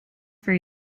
for